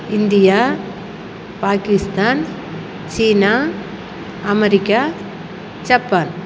India Pakistan China America Japan